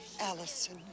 Allison